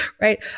right